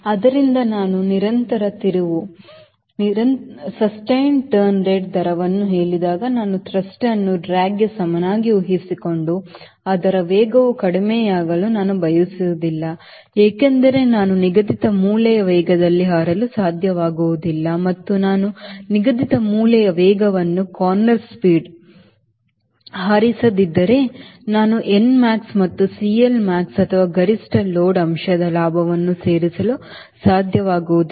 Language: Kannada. ಆದ್ದರಿಂದ ನಾನು ನಿರಂತರ ತಿರುವು ದರವನ್ನು ಹೇಳಿದಾಗ ನಾನು Thrustನ್ನು ಡ್ರ್ಯಾಗ್ಗೆ ಸಮನಾಗಿ ಊಹಿಸಿಕೊಂಡು ಆದರೆ ವೇಗವು ಕಡಿಮೆಯಾಗಲು ನಾನು ಬಯಸುವುದಿಲ್ಲ ಏಕೆಂದರೆ ನಾನು ನಿಗದಿತ ಮೂಲೆಯ ವೇಗದಲ್ಲಿ ಹಾರಲು ಸಾಧ್ಯವಾಗುವುದಿಲ್ಲ ಮತ್ತು ನಾನು ನಿಗದಿತ ಮೂಲೆಯ ವೇಗವನ್ನು ಹಾರಿಸದಿದ್ದರೆ ನಾನು n max ಮತ್ತು CL max ಅಥವಾ ಗರಿಷ್ಠ ಲೋಡ್ ಅಂಶದ ಲಾಭವನ್ನು ಸೇರಿಸಲು ಸಾಧ್ಯವಾಗುವುದಿಲ್ಲ